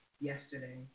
yesterday